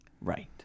Right